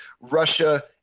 Russia